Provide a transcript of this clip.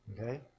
Okay